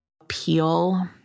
appeal